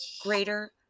greater